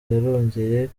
yarongeye